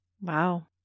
Wow